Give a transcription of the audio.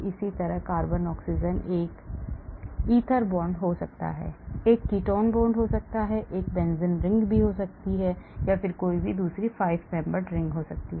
इसी तरह carbon oxygen एक ether bond हो सकता है एक ketone bond हो सकता है एक benzene ring में हो सकता है 5 membered ring में हो सकता है